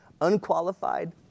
Unqualified